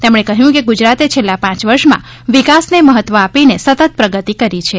તેમણે કહ્યું કે ગુજરાતે છેલ્લા પાંચ વર્ષમાં વિકાસને મહત્વ આપીને સતત પ્રગતી કરી છે